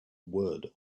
word